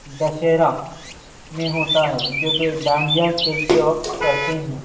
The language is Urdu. دشہرہ میں ہوتا ہے جو کہ ڈانڈیا کھیلتے وقت کرتے ہیں